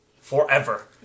forever